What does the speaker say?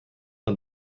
man